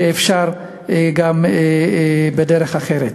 שאפשר גם בדרך אחרת.